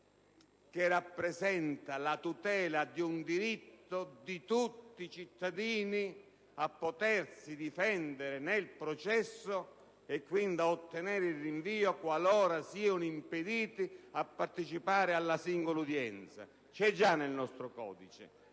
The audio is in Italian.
che rappresenta la tutela di un diritto di tutti i cittadini a potersi difendere nel processo e, quindi, a ottenere un rinvio qualora siano impediti a partecipare alla singola udienza, fattispecie